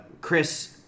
Chris